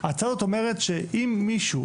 ההצעה הזאת אומרת שאם מישהו,